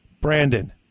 Brandon